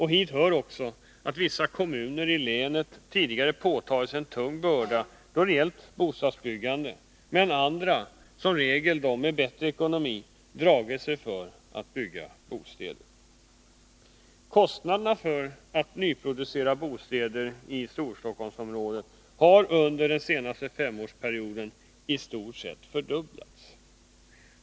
Hit hör också att vissa kommuner i länet tidigare påtagit sig en tung börda då det gällt bostadsbyggandet, medan andra, som regel de med bättre ekonomi, dragit sig för att bygga bostäder. Kostnaderna för att nyproducera bostäder i Storstockholmsområdet har under den senaste femårsperioden i stort sett fördubblats.